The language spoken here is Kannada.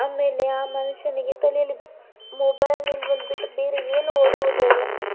ಆಮೇಲೆ ಆ ಮನುಷ್ಯನಿಗೆ ತಲೆಯಲ್ಲಿ ಮೊಬೈಲಿಂದು ಒಂದು ಬಿಟ್ಟು ಬೇರೆ ಏನು ಓಡುವುದೇ ಇಲ್ಲ